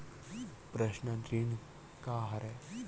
Personal ऋण का हरय?